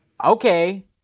Okay